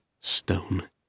stone